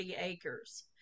acres